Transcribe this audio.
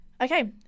okay